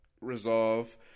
resolve